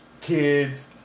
kids